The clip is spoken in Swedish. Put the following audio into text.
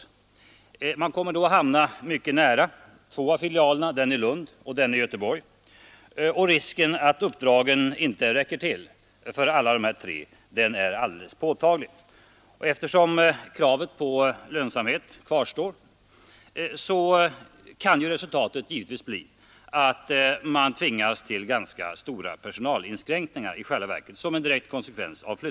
Man kommer då att hamna mycket nära filialen i Lund och provningsanstalten vid Chalmers i Göteborg. Risken för att uppdragen inte räcker till för alla tre är alldeles påtaglig. Eftersom kravet på lönsamhet kvarstår kan en direkt konsekvens av flyttningen bli att man tvingas till ganska stora personalinskränkningar.